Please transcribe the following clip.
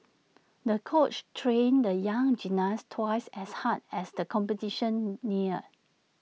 the coach trained the young gymnast twice as hard as the competition neared